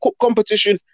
competition